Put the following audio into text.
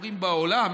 שקורים בעולם